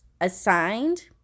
assigned